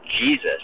Jesus